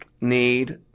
need